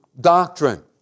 doctrine